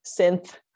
synth